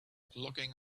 looking